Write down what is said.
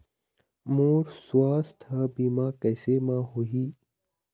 मोर सुवास्थ बीमा कैसे म होही?